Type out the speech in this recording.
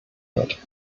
wird